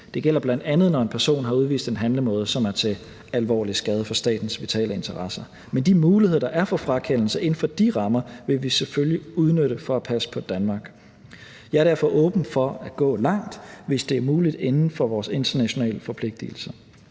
Det gælder bl.a., når en person har udvist en handlemåde, som er til alvorlig skade for statens vitale interesser. Men de muligheder, der er for frakendelse og inden for de rammer, vil vi selvfølgelig udnytte for at passe på Danmark. Jeg er derfor åben for at gå langt, hvis det er muligt inden for vores internationale forpligtigelser.